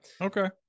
Okay